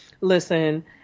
Listen